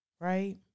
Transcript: right